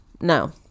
no